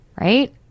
right